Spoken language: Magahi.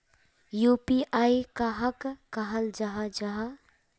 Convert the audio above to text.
यु.पी.आई कहाक कहाल जाहा जाहा?